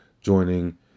joining